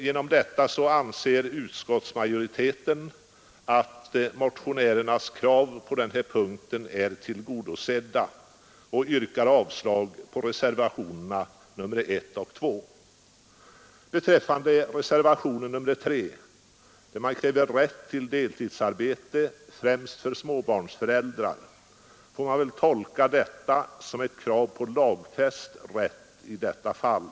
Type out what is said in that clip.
Genom detta anser utskottsmajoriteten att motionärernas krav på denna punkt är I reservationen 3 krävs rätt till deltidsarbete, främst för småbarnsföräldrar. Man får väl tolka det såsom ett krav på lagfäst rätt i detta fall.